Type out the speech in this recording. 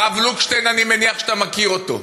הרב לוקשטיין, אני מניח שאתה מכיר אותו.